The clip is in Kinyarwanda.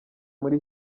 muri